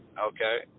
Okay